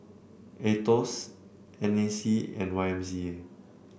Aetos N A C and Y M C A